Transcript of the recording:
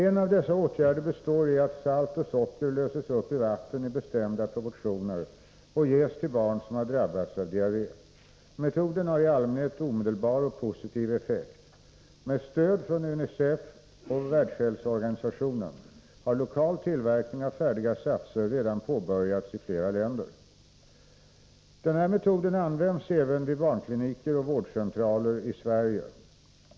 En av dessa åtgärder består i att salt och socker löses upp i vatten i bestämda proportioner och ges till barn som har drabbats av diarré. Metoden har i allmänhet omedelbar och positiv effekt. Med stöd från UNICEF och WHO har lokal tillverkning av färdiga satser redan påbörjats i flera länder. Den här metoden används även vid barnkliniker och vårdcentraler i Sverige.